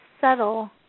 subtle